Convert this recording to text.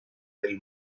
del